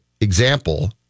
example